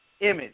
image